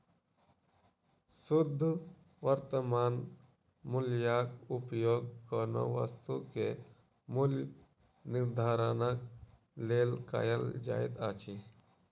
शुद्ध वर्त्तमान मूल्यक उपयोग कोनो वस्तु के मूल्य निर्धारणक लेल कयल जाइत अछि